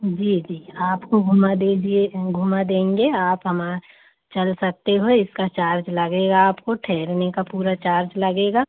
जी जी आपको घुमा दीजिए घुमा देंगे आप हमा चल सकते हो इसका चार्ज लगेगा आपको ठहरने का पूरा चार्ज लगेगा